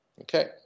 Okay